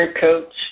Coach